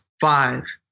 Five